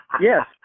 Yes